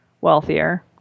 wealthier